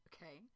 Okay